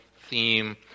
theme